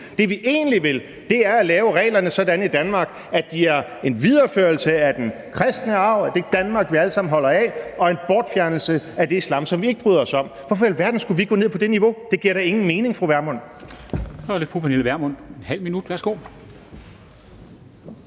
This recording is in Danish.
det, vi egentlig vil, er at lave reglerne sådan i Danmark, at de er en videreførelse af den kristne arv, af det Danmark, vi alle sammen holder af, og er en bortfjernelse af det islam, som vi ikke bryder os om? Hvorfor i alverden skulle vi gå ned på det niveau? Det giver da ingen mening, vil jeg